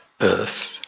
Earth